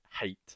hate